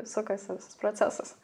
sukasi visas procesas